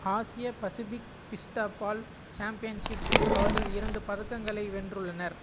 ஆசிய Pacific fistball சாம்பியன்ஷிப்பில் அவர்கள் இரண்டு பதக்கங்களை வென்றுள்ளனர்